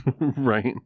Right